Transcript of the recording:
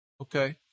okay